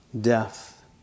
death